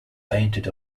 painted